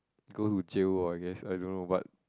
go to jail loh I guess I don't know what